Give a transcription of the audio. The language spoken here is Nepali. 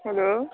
हेलो